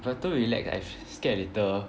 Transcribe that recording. if I too relaxed I scared later